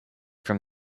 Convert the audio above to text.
from